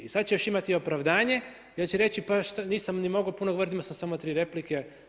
I sad će još imati i opravdanje, jer će reći nisam ni mogao puno govoriti, imao sam samo tri replike.